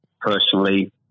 personally